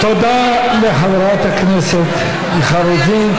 תודה לחברת הכנסת מיכל רוזין.